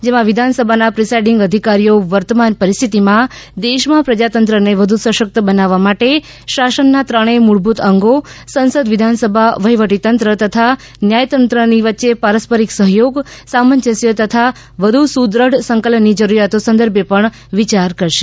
જેમાં વિધાનસભાના પ્રિસાઇડિંગ અધિકારીઓ વર્તમાન પરિસ્થિતિમાં દેશમાં પ્રજાતંત્રને વધુ સશક્ત બનાવવા માટે શાસનના ત્રણેય મૂળભૂત અંગો સંસદવિધાનસભા વહીવટીતંત્ર તથા ન્યાયતંત્રની વચ્ચે પારસ્પરિક સહથોગ સામંજસ્ય તથા વધુ સુદ્રઢ સંકલનની જરૂરિયાતો સંદર્ભે વિયાર કરશે